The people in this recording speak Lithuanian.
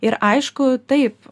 ir aišku taip